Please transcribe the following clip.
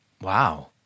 Wow